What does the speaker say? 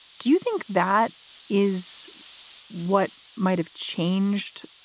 do you think that is what might have changed?